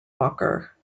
walker